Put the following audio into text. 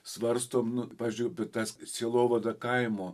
svarstom nu pavyzdžiui apie tą sielovadą kaimo